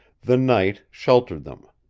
the night sheltered them.